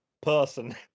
person